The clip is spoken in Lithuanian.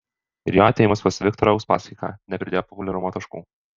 ir jo atėjimas pas viktorą uspaskichą nepridėjo populiarumo taškų